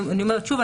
אני אומרת שוב,